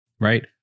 Right